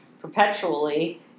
perpetually